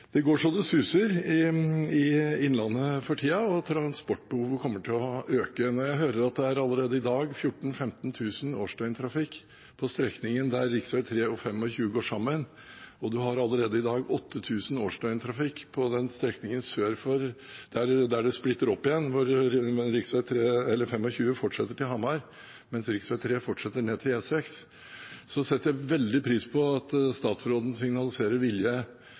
og transportbehovet kommer til å øke. Når jeg hører at det allerede i dag er en årsdøgntrafikk på 14 000–15 000 på strekningen der rv. 3 og rv. 25 går sammen, og en allerede i dag har en årsdøgntrafikk på 8 000 på den strekningen der de splittes opp igjen, der rv. 25 fortsetter til Hamar, mens rv. 3 fortsetter ned til E6, setter jeg veldig stor pris på at statsråden signaliserer vilje